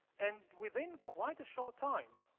and within quite a short time,